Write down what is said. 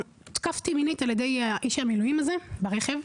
הותקפתי מינית על ידי איש המילואים הזה ברכב,